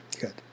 Good